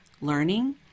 learning